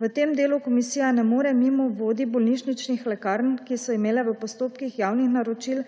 V tem delu komisija ne more mimo vodij bolnišničnih lekarn, ki so imele v postopkih javnih naročil